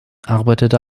arbeitete